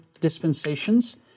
dispensations